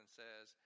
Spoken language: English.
says